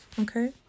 okay